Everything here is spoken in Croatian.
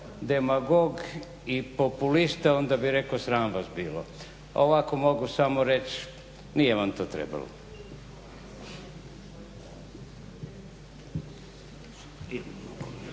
demagog i populist onda bih rekao sram vas bilo, a ovako mogu samo reći nije vam to trebalo.